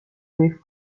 leaf